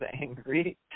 angry